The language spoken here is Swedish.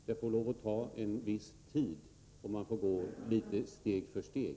Det får lov att ta en viss tid, och man får gå steg för steg.